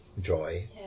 joy